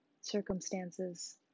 circumstances